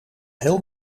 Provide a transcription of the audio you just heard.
heel